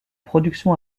production